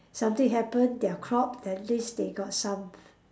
something happened their crop then at least they got some